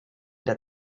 that